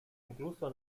incluso